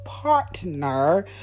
partner